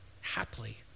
happily